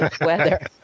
weather